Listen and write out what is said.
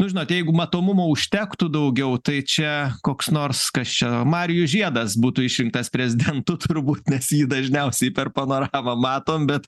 nu žinot jeigu matomumo užtektų daugiau tai čia koks nors kas čia marijus žiedas būtų išrinktas prezidentu turbūt nes jį dažniausiai per panoramą matom bet